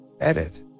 Edit